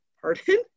pardon